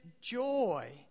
joy